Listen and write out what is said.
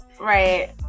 Right